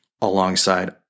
alongside